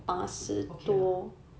okay lah